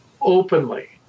openly